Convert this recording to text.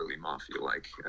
mafia-like